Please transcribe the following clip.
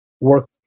work